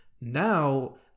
Now